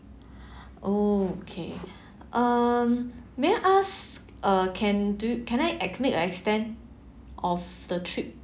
oh okay um may I ask uh can do can I ex~ make a extend of the trip